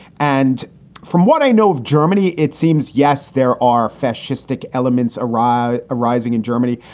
and from what i know of germany, it seems, yes, there are fascistic elements arise arising in germany,